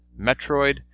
Metroid